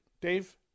Dave